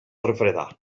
refredar